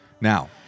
now